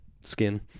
skin